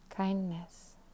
Kindness